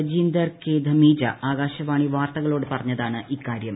Rajinder K Dhamija Akashvani വാർത്തകളോട് പറഞ്ഞതാണിക്കാര്യം